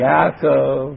Yaakov